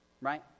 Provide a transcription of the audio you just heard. right